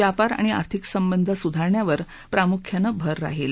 व्यापार आणि आर्थिक संबंध सुधारण्यावर प्रामुख्यानं भर राहील